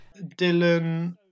Dylan